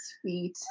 Sweet